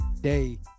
day